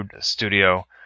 studio